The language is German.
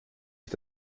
ich